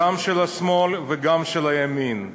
גם של השמאל וגם של הימין,